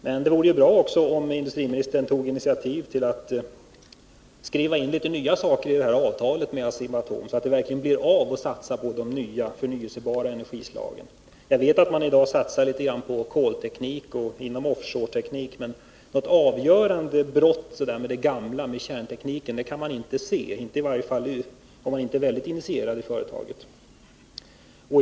Men det vore bra om industriministern också tog initiativ för att skriva avtalet med Asea-Atom på ett sådant sätt att företagets satsning på de nya, förnybara energislagen verkligen blir av. Jag vet att företaget i dag satsar litet på kolteknik och off shore-teknik. Men något avgörande brott med det gamla — med kärntekniken — kan man inte notera. Det gäller i varje fall för oss som inte är mycket initierade i företagets satsningar.